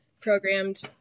programmed